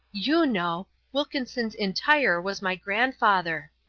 you know wilkinson's entire was my grandfather.